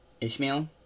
Ishmael